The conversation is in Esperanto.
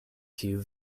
kiu